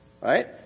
Right